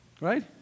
Right